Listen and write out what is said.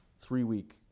three-week